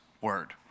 word